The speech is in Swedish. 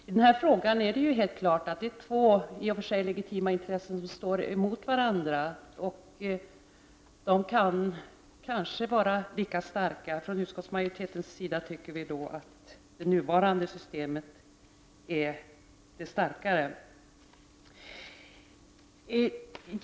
I denna fråga rör det sig helt klart om två i och för sig legitima intressen som står emot varandra, två intressen som kanske kan vara lika starka. Från utskottsmajoritetens sida menar vi att det nuvarande systemet är det bästa.